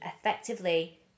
effectively